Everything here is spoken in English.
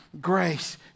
grace